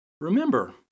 Remember